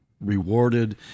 rewarded